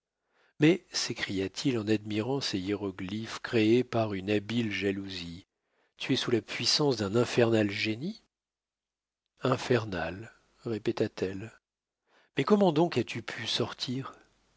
mais s'écria-t-il en admirant ces hiéroglyphes créés par une habile jalousie tu es sous la puissance d'un infernal génie infernal répéta-t-elle mais comment donc as-tu pu sortir